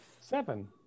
Seven